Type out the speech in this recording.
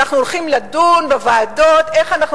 ואנחנו הולכים לדון בוועדות איך אנחנו